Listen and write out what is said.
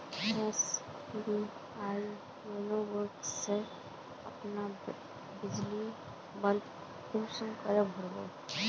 SBI YONO app से अपना बिजली बिल कुंसम करे भर बो?